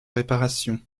réparation